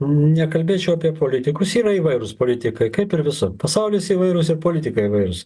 nekalbėčiau apie politikus yra įvairūs politikai kaip ir visur pasaulis įvairūs ir politikai įvairūs